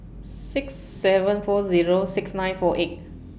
six seven four Zero six nine four eight